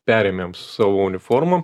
perėmėm su savo uniformom